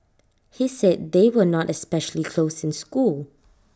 he said they were not especially close in school